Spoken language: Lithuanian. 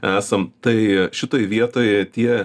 esam tai šitoj vietoj tie